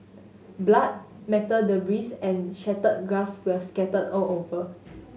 blood metal debris and shattered glass were scattered all over